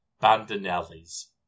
Bandinelli's